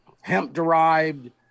hemp-derived